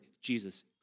Jesus